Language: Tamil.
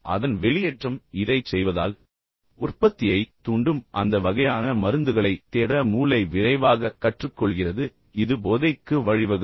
அதன் வெளியேற்றம் இதைச் செய்வதால் உற்பத்தியைத் தூண்டும் அந்த வகையான மருந்துகளைத் தேட மூளை விரைவாகக் கற்றுக்கொள்கிறது இது போதைக்கு வழிவகுக்கும்